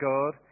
God